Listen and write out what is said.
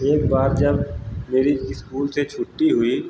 एक बार जब मेरी इस्कूल से छुट्टी हुई